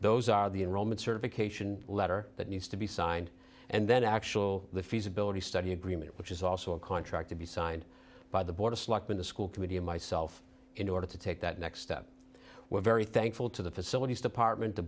those are the enrollment certification letter that needs to be signed and then actual the feasibility study agreement which is also a contract to be signed by the board of selectmen the school committee and myself in order to take that next step we're very thankful to the facilities department the